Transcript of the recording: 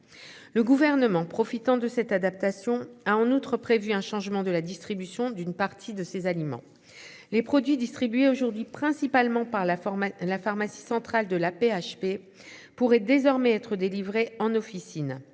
Le gouvernement, profitant de cette adaptation a en outre prévu un changement de la distribution d'une partie de ces aliments. Les produits distribués aujourd'hui principalement par la forme à la pharmacie centrale de l'AP-HP pourrait désormais être délivrés en officine.